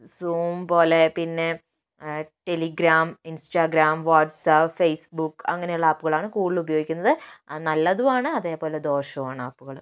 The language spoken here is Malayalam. സൂം പോലെ പിന്നെ ടെലിഗ്രാം ഇൻസ്റ്റാഗ്രാം വാട്സ്ആപ്പ് ഫേസ്ബുക്ക് അങ്ങനെയുള്ള ആപ്പുകളാണ് കൂടുതൽ ഉപയോഗിക്കുന്നത് അത് നല്ലതുമാണ് അതേപോലെ ദോഷവുമാണ് ആപ്പുകൾ